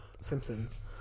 Simpsons